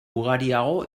ugariago